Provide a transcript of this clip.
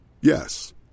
Yes